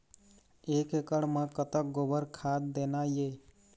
एक एकड़ म कतक गोबर खाद देना ये?